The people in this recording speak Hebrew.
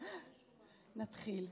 נתחיל.